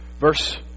Verse